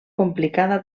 complicada